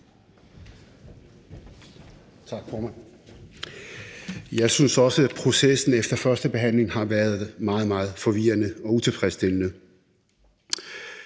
Jeg synes også, at processen efter første behandling har været meget, meget forvirrende og utilfredsstillende.